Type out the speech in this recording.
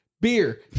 Beer